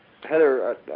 Heather